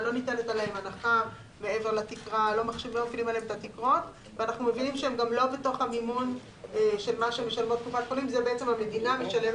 עולה רצפת הצריכה ברוטו על התשלום שעל קופת החולים לשלם